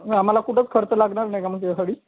आम्हाला कुठंच खर्च लागणार नाही का मग त्याच्यासाठी